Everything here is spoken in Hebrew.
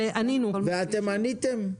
ואתם עניתם?